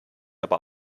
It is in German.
aber